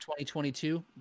2022